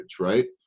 right